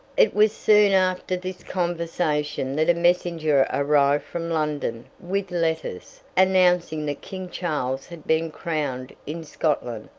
it was soon after this conversation that a messenger arrived from london with letters, announcing that king charles had been crowned in scotland,